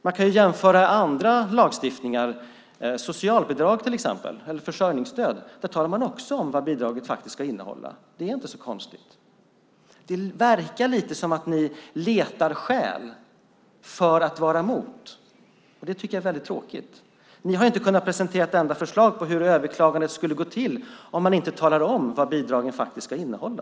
Vi kan jämföra med annan lagstiftning, till exempel om socialbidrag, eller försörjningsstöd. Där talar man också om vad bidraget ska innehålla. Det är inte så konstigt. Det verkar lite som att ni letar skäl för att vara mot, och jag tycker att det är väldigt tråkigt. Ni har inte kunnat presentera ett enda förslag på hur överklagandet skulle gå till om man inte talar om vad bidragen ska innehålla.